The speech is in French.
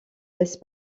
laisse